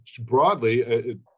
broadly